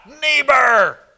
neighbor